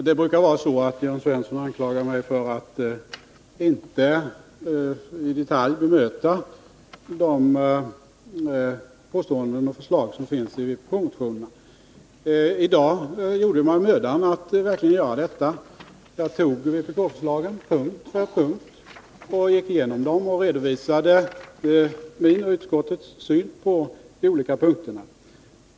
Herr talman! Jörn Svensson brukar anklaga mig för att inte i detalj bemöta de påståenden och förslag som finns i vpk-motionerna. I dag gjorde jag mig mödan att verkligen bemöta dem. Jag tog upp vpk-förslagen punkt för punkt, gick igenom dem och redovisade min och utskottets syn på de olika punkterna.